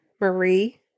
Marie